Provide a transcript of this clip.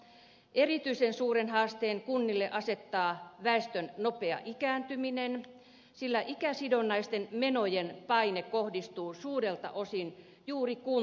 erityisen suuren haasteen kunnille asettaa väestön nopea ikääntyminen sillä ikäsidonnaisten menojen paine kohdistuu suurelta osin juuri kuntiin